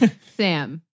Sam